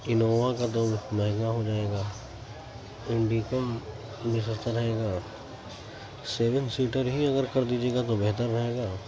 ANOVA کا تو مہنگا ہو جائے گا انڈیکم میں سستا رہے گا سیون سیٹر ہی اگر کر دیجیے گا تو بہتر رہے گا